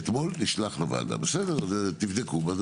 אתמול נשלח לוועדה, בסדר תבדקו זה בטאבלטים.